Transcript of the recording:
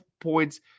points